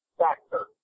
factor